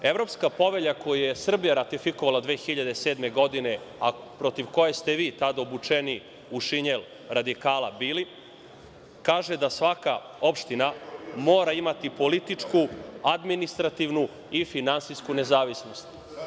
Evropska povelja koju je Srbija ratifikovala 2007. godine, protiv koje ste vi tada obučeni u šinjel radikala bili, kaže da svaka opština mora imati političku, administrativnu i finansijsku nezavisnost.